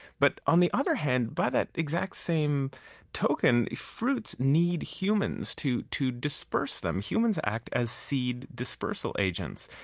but on the other hand, by that exact same token, fruits need humans to to disperse them. humans act as seed-dispersal agents.